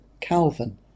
Calvin